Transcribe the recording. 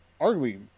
arguably